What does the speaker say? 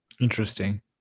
Interesting